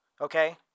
okay